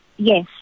Yes